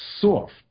soft